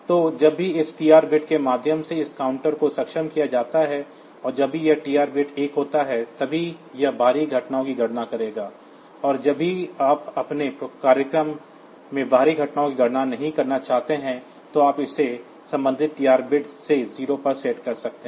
तो जब भी इस TR बिट के माध्यम से इस काउंटर को सक्षम किया जाता है और जब भी यह TR बिट 1 होता है तभी यह बाहरी घटनाओं की गणना करेगा और जब भी आप अपने प्रोग्राम में बाहरी घटनाओं की गणना नहीं करना चाहते हैं तो आप इसे संबंधित TR बिट से 0 पर सेट कर सकते हैं